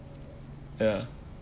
ya